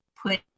put